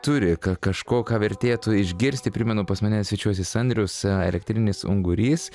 turi ką kažko ką vertėtų išgirsti primenu pas mane svečiuosis andrius na elektrinis ungurys